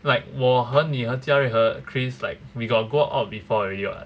like 我和你和 jia yue 和 chris like like we got go out before already [what]